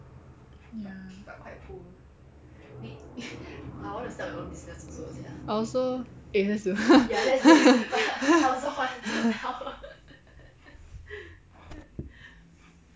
ya I also eh let's do